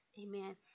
amen